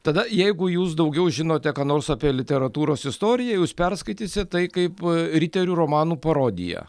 tada jeigu jūs daugiau žinote ką nors apie literatūros istoriją jūs perskaitysit tai kaip riterių romanų parodiją